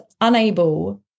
unable